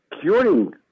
curing